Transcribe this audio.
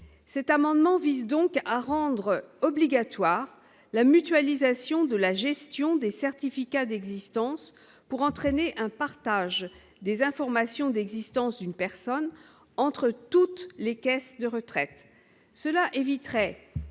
cet amendement vise donc à rendre obligatoire la mutualisation de la gestion des certificats d'existence pour entraîner un partage des informations d'existence d'une personne entre toutes les caisses de retraite, cela éviterait